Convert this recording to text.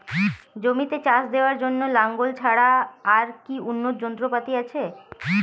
জমিতে চাষ দেওয়ার জন্য লাঙ্গল ছাড়া আর কি উন্নত যন্ত্রপাতি আছে?